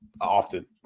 often